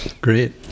Great